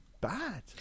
bad